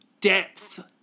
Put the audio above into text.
depth